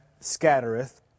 scattereth